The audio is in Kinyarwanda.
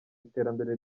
iterambere